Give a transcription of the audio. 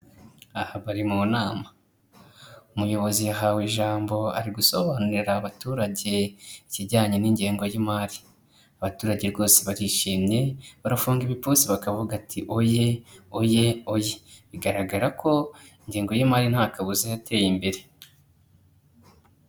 Aha bari mu nama, umuyobozi yahawe ijambo ari gusobanurira abaturage ikijyanye n'ingengo y'imari. Abaturage rwose barishimye barafunga ibipfunsi bakavuga ati oye, oye, oye! Bigaragara ko ingengo y'imari nta kabuza yateye imbere.